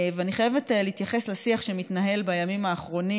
ואני חייבת להתייחס לשיח שמתנהל בימים האחרונים.